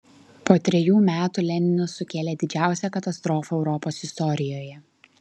po trejų metų leninas sukėlė didžiausią katastrofą europos istorijoje